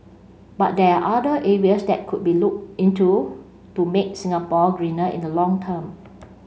but there are other areas that could be looked into to make Singapore greener in the long term